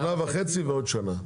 שנה וחצי ועוד שנה.